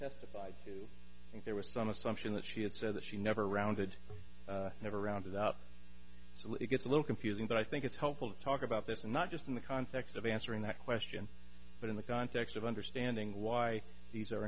testified there was some assumption that she had said that she never rounded never rounded up so it gets a little confusing but i think it's helpful to talk about that and not just in the context of answering that question but in the context of understanding why these are